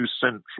central